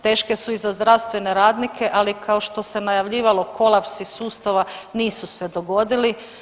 Teške su i za zdravstvene radnike, ali kao što se najavljivalo kolapsi sustava nisu se dogodili.